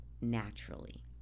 naturally